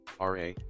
RA